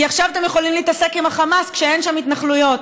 כי עכשיו אתם יכולים להתעסק עם החמאס כשאין שם התנחלויות.